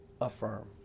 affirm